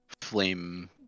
flame